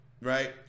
right